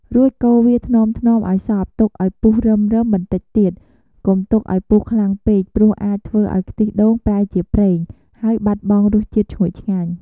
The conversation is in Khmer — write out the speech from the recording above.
រួចកូរវាថ្នមៗឱ្យសព្វ ទុកឱ្យពុះរឹមៗបន្តិចទៀត កុំទុកឱ្យពុះខ្លាំងពេក ព្រោះអាចធ្វើឱ្យខ្ទិះដូងប្រែជាប្រេង ហើយបាត់បង់រសជាតិឈ្ងុយឆ្ងាញ់។